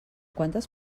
quantes